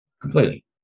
Completely